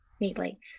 neatly